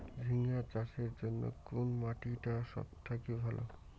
ঝিঙ্গা চাষের জইন্যে কুন মাটি টা সব থাকি ভালো?